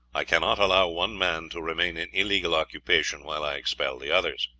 i cannot allow one man to remain in illegal occupation, while i expel the others.